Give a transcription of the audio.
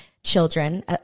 children